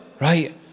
Right